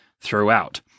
throughout